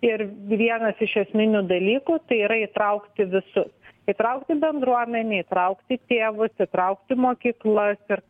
ir vienas iš esminių dalykų tai yra įtraukti visus įtraukti bendruomenę įtraukti tėvus įtraukti mokyklas ir